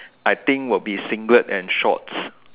I think would be singlet and shorts